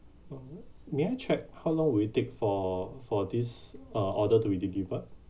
uh may I check how long will it take for for this uh order to be delivered